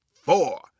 four